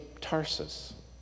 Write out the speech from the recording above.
Tarsus